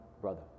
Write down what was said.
brother